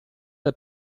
del